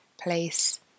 place